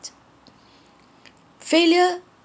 failure